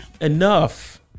Enough